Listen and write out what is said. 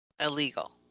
illegal